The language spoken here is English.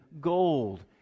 gold